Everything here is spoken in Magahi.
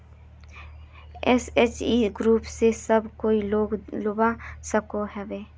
एस.एच.जी ग्रूप से सब कोई लोन लुबा सकोहो होबे?